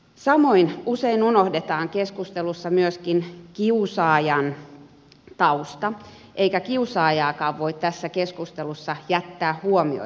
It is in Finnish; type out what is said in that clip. samoin usein unohdetaan keskustelussa myöskin kiusaajan tausta eikä kiusaajaakaan voi tässä keskustelussa jättää huomiotta